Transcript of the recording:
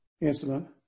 incident